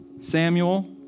Samuel